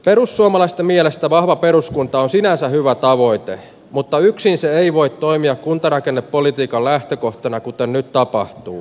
perussuomalaisten mielestä vahva peruskunto on sinänsä hyvä tavoite mutta yksin se ei voi toimia kuntarakennepolitiikan lähtökohtana kuten nyt tapahtuu